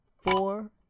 four